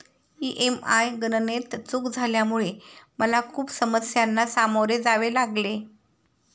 EMI गणनेत चूक झाल्यामुळे मला खूप समस्यांना सामोरे जावे लागले